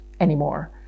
anymore